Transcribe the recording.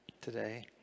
today